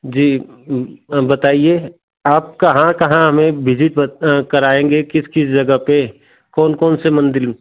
जी और बताइए आप कहाँ कहाँ हमें बिजिट ब कराएँगे किस किस जगह पर कौन कौन से मंदिर